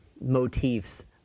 motifs